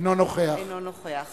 אינו נוכח